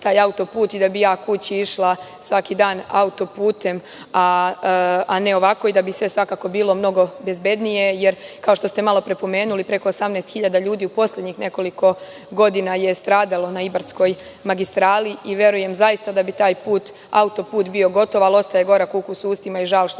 i da bih kući išla svaki dan autoputem, a ne ovako i da bi sve bilo puno bezbednije. Jer, kao što ste malo pre pomenuli preko 18 hiljada ljudi u poslednjih nekoliko godina je stradalo na Ibarskoj magistrali. Verujem zaista da bi taj autoput bio gotov, ali ostaje korak ukus u ustima i žal što